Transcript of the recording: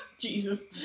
Jesus